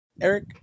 Eric